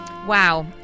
Wow